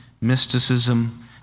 mysticism